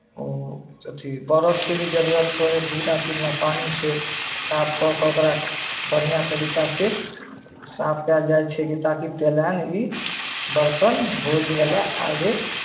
अथी ब्रशके भी जरूरत होइ हइ दू दा तीन दा पानिसँ साफ कऽ कऽ ओकरा बढ़िआँ तरीकासँ साफ कयल जाइ छै ताकि तेलाइन ई बरतन भोजवला आगे